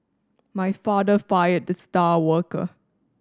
my father fired the star worker